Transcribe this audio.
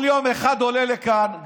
כל יום אחד עולה לכאן,